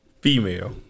female